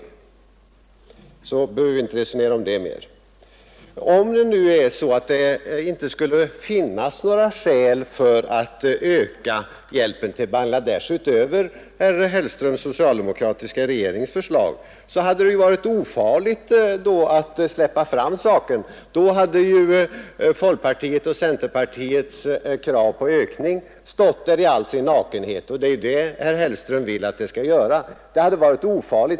Och så behöver vi inte resonera mer om det. Om det nu inte skulle finnas några skäl för att öka hjälpen till Bangladesh utöver herr Hellströms socialdemokratiska regerings förslag, så hade det ju varit ofarligt att släppa fram saken. Då hade folkpartiets och centerpartiets krav på ökning stått där i all sin nakenhet, och det är det herr Hellström vill att det skall göra.